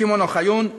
שמעון אוחיון,